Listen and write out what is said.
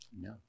No